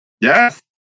Yes